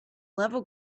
level